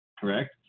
correct